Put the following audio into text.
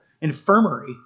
infirmary